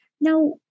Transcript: Now